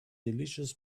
delicious